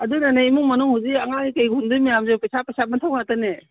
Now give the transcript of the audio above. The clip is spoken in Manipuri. ꯑꯗꯨꯅꯅꯦ ꯏꯃꯨꯡ ꯃꯅꯨꯡ ꯍꯧꯖꯤꯛ ꯑꯉꯥꯡꯒꯤ ꯀꯔꯤꯒꯤ ꯍꯨꯟꯗꯣꯏ ꯃꯌꯥꯝꯁꯦ ꯄꯩꯁꯥ ꯄꯩꯁꯥ ꯃꯊꯧ ꯉꯥꯛꯇꯅꯦ